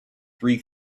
three